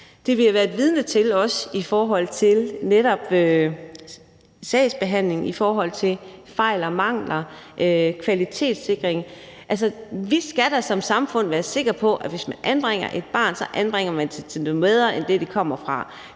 også har været vidne til, i forhold til sagsbehandlingen, i forhold til fejl og mangler og kvalitetssikring. Altså, vi skal da som samfund være sikre på, at hvis man anbringer et barn, så anbringer man det til noget bedre end det, som det kommer fra,